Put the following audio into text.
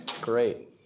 Great